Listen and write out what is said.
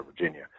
Virginia